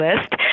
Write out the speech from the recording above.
list